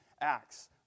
Acts